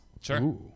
Sure